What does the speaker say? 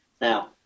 Now